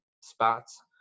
spots